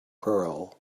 pearl